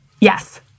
Yes